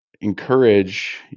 encourage